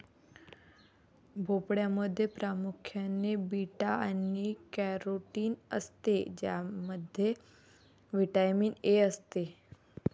भोपळ्यामध्ये प्रामुख्याने बीटा आणि कॅरोटीन असते ज्यामध्ये व्हिटॅमिन ए असते